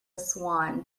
swan